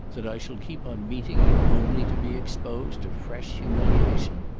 that i shall keep on meeting you only to be exposed to fresh humiliation?